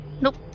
Nope